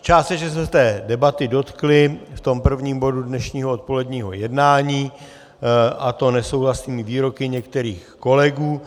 Částečně jsme se té debaty dotkli v tom prvním bodu dnešního odpoledního jednání, a to nesouhlasnými výroky některých kolegů.